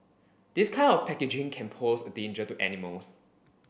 this kind of packaging can pose a danger to animals